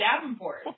Davenport